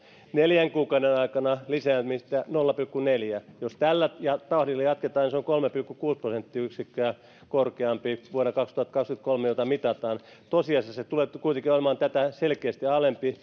prosenttia neljän kuukauden aikana lisää nolla pilkku neljä prosenttiyksikköä jos tällä tahdilla jatketaan niin se on kolme pilkku kuusi prosenttiyksikköä korkeampi vuonna kaksituhattakaksikymmentäkolme jota mitataan tosiasiassa se tulee kuitenkin olemaan tätä selkeästi alempi